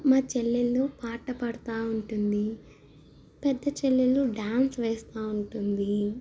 మా చెల్లెళ్ళు పాట పాడుతూ ఉంటుంది పెద్ద చెల్లెలు డ్యాన్స్ వేస్తూ ఉంటుంది